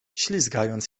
ślizgając